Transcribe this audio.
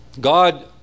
God